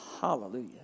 Hallelujah